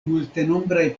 multenombraj